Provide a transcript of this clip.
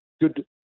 good